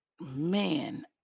Man